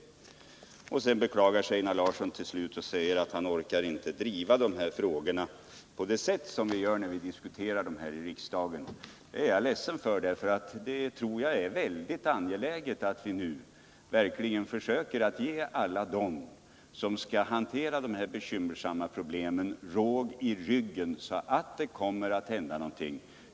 Einar Larsson beklagar sig till slut och säger att han inte orkar driva de här frågorna på det sätt som vi gör när vi diskuterar dem här i riksdagen. Det är jag ledsen för, eftersom jag tror att det är väldigt angeläget att vi nu verkligen försöker att ge alla dem som skall hantera de här bekymmersamma problemen råg i ryggen, så att det kommer att hända någonting.